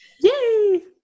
Yay